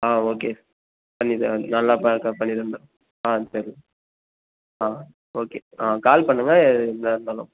ஆ okay பண்ணிடலாம் நல்லா பண்ணித் தந்தர்றேன் ஆ சரி ஆ ஓகே ஆ கால் பண்ணுங்கள் ஏதா இருந்தாலும்